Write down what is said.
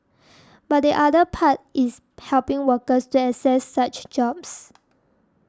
but the other part is helping workers to access such jobs